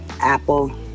Apple